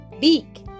beak